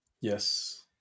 Yes